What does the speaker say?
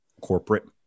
corporate